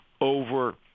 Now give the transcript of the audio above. over